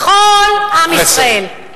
לכל עם ישראל.